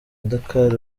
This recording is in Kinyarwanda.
dakar